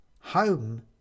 Home